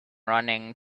running